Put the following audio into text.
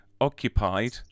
occupied